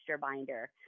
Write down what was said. binder